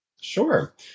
Sure